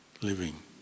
living